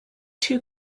two